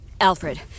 Alfred